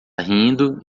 rindo